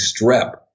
strep